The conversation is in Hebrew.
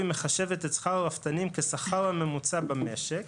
מחשבת את שכר הרפתנים כשכר הממוצע במשק,